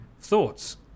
Thoughts